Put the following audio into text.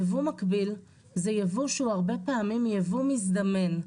יבוא מקביל זה יבוא שהוא הרבה פעמים יבוא מזדמן.